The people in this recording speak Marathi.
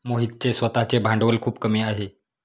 मोहितचे स्वतःचे भांडवल खूप कमी आहे